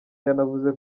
yanavuze